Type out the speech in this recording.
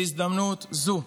בהזדמנות זו,